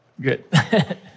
Good